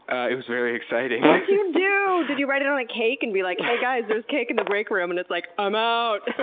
it was very exciting! what did you do? did you write it on a cake and be like, hey guys, there's cake in the break room and it's like, i'm oouuut?